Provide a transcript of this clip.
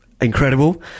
incredible